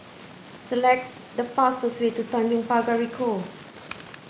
select the fastest way to Tanjong Pagar Ricoh